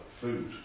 food